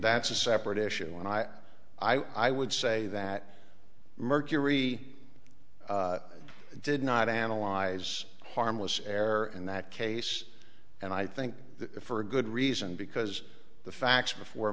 that's a separate issue and i i would say that mercury did not analyze harmless error in that case and i think for a good reason because the facts before